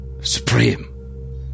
supreme